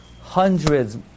Hundreds